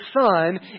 son